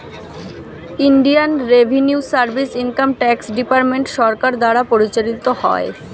Indian revenue service income tax department সরকার দ্বারা পরিচালিত হয়